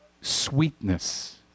sweetness